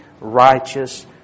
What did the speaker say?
righteous